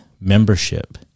membership